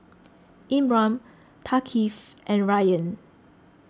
Imran Thaqif and Rayyan